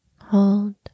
hold